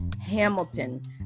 Hamilton